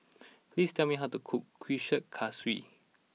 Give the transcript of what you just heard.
please tell me how to cook Kuih Kaswi